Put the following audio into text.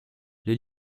les